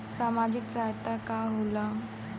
सामाजिक सहायता का होला?